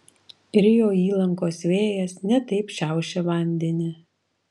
rio įlankos vėjas ne taip šiaušė vandenį